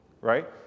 Right